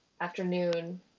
afternoon